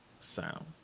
sound